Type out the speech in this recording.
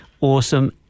awesome